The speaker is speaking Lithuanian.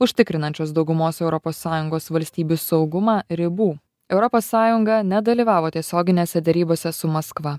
užtikrinančios daugumos europos sąjungos valstybių saugumą ribų europos sąjunga nedalyvavo tiesioginėse derybose su maskva